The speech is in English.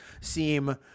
seem